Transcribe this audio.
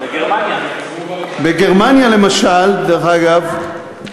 בגרמניה, בגרמניה, למשל, דרך אגב,